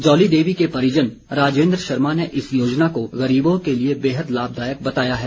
जौली देवी के परिजन राजेंद्र शर्मा ने इस योजना को गरीबों के लिए बेहद लाभदायक बताया है